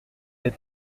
les